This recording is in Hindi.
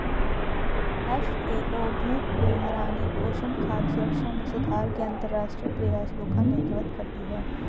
एफ.ए.ओ भूख को हराने, पोषण, खाद्य सुरक्षा में सुधार के अंतरराष्ट्रीय प्रयासों का नेतृत्व करती है